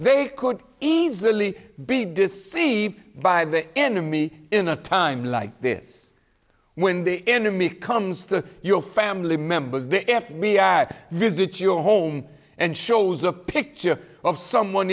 they could easily be deceived by the enemy in a time like this when the enemy comes to your family members the f b i visits your home and shows a picture of someone